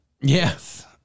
Yes